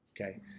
Okay